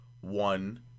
one